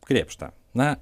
krėpšta na